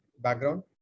background